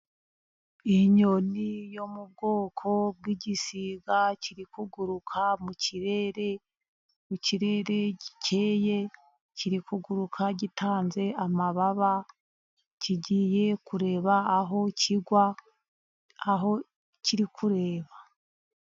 Inyoni yo mu bwoko bw'igisiga kiri kuguruka mu kirere. Mu kirere gikeye, kiri kuguruka gitanze amababa, kigiye kureba aho kigwa aho kiri kureba.